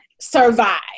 Survive